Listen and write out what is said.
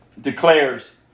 declares